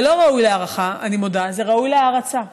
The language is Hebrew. זה לא ראוי להערכה, אני מודה, זה ראוי להערצה.